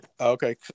Okay